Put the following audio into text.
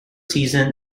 season